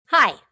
Hi